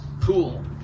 pool